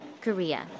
Korea